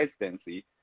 residency